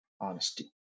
honesty